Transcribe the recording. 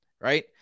right